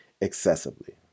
excessively